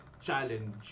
challenge